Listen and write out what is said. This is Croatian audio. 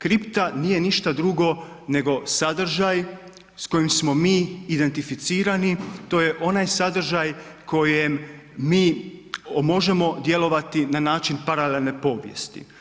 Kripta nije ništa drugo nego sadržaj s kojim smo mi identificirani, to je onaj sadržaj kojem mi možemo djelovati na način paralelne povijesti.